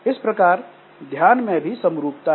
इस प्रकार ध्यान में भी समरूपता है